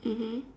mmhmm